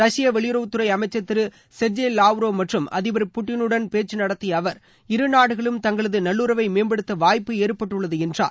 ரஷ்ய வெளியுறவுத்துறை அமைச்சர் திரு சென்ஜே வாவ்ரோ மற்றும் அதிபர் புட்டினுடன் பேச்சு நடத்திய அவர் இருநாடுகளும் தங்களது நல்லுறவை மேம்படுத்த வாய்ப்பு ஏற்பட்டுள்ளது என்றார்